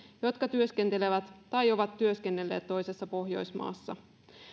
jotka työskentelevät tai ovat työskennelleet toisessa pohjoismaassa